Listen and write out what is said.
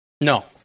No